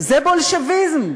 זה בולשביזם.